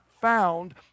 found